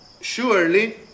surely